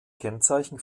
kennzeichen